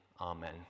amen